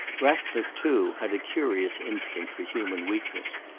ratcliffe, too, had a curious instinct for human weaknesses.